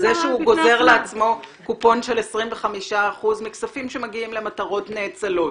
שהוא גוזר לעצמו קופון של 25% מכספים שמגיעים למטרות נאצלות.